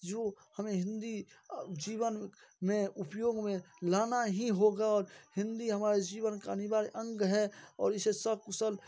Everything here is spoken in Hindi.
जो हमें हिंदी जीवन में उपयोग में लाना ही होगा और हिंदी हमारे जीवन का अनिवार्य अंग है और इसे सकुशल